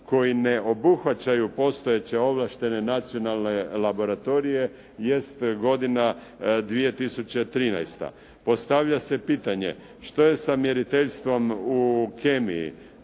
koji ne obuhvaćaju postojeće ovlaštene nacionalne laboratorije jest godina 2013. Postavlja se pitanje što je sa mjeriteljstvom u kemiji,